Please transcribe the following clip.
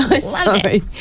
Sorry